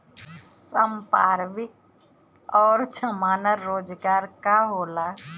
संपार्श्विक और जमानत रोजगार का होला?